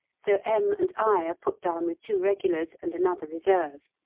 so m. and i are put down with two regulars and another reserve.